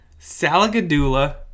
Salagadula